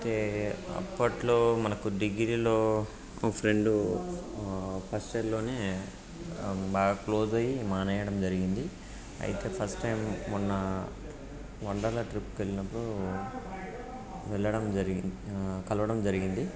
అయితే అప్పట్లో మనకు డిగ్రీలో ఫ్రెండ్ ఫస్ట్ ఇయర్లోనే బాగా క్లోజ్ అయ్యి మానేయడం జరిగింది అయితే ఫస్ట్ టైం మొన్న వండర్లా ట్రిప్కి వెళ్ళినప్పుడు వెళ్ళడం జరిగింది కలవడం జరిగింది